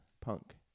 Punk